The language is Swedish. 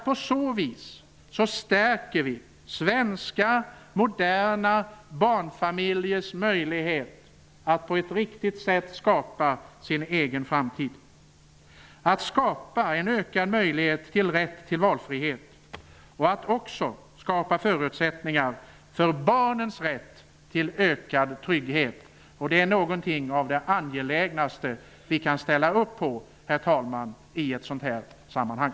På så vis stärker vi svenska, moderna barnfamiljers möjlighet att på ett riktigt sätt skapa sin egen framtid. Det handlar om att skapa en ökad möjlighet till valfrihet och att också skapa förutsättningar för barnens rätt till ökad trygghet. Det är någonting av det angelägnaste vi kan ställa upp på i ett sådant här sammanhang.